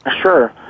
Sure